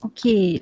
Okay